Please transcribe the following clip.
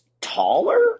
taller